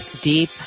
deep